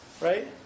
right